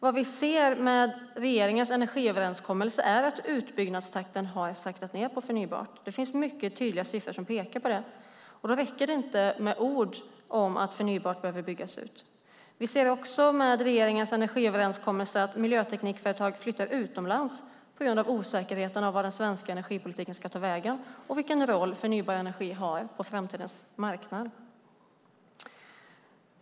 Det vi ser med regeringens energiöverenskommelse är att utbyggnadstakten saktat ned vad gäller förnybart. Det finns siffror som tydligt pekar på det. Då räcker det inte att säga att förnybart behöver byggas ut. Vi ser också med regeringens energiöverenskommelse att miljöteknikföretag flyttar utomlands på grund av osäkerheten om var den svenska energipolitiken ska ta vägen och vilken roll förnybar energi ska ha på framtidens marknad.